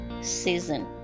season